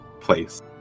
place